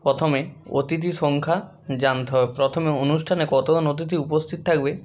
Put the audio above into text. প্রথমে অতিথি সংখ্যা জানতে হবে প্রথমে অনুষ্ঠানে কতোজন অতিথি উপস্থিত থাকবে